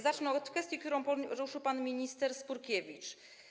Zacznę od kwestii, którą poruszył pan minister Skurkiewicz.